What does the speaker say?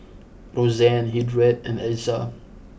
Roxanne Hildred and Alexa